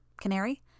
Canary